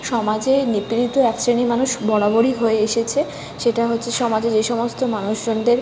সমাজে নিপীড়িত এক শ্রেণীর মানুষ বরাবরই হয়ে এসেছে সেটা হচ্ছে সমাজে যে সমস্ত মানুষজনদের